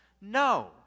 no